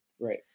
Right